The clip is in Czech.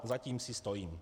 Za tím si stojím.